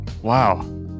Wow